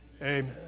amen